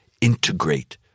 integrate